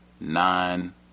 nine